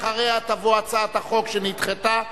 אחריה תבוא הצעת החוק שנדחתה,